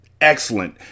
excellent